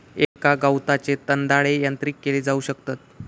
एका गवताचे दंताळे यांत्रिक केले जाऊ शकतत